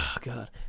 god